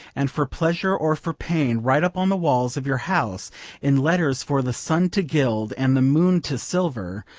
and for pleasure or for pain, write up on the walls of your house in letters for the sun to gild and the moon to silver,